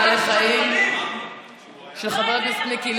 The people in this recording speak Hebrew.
כל מי שלא ישב במקום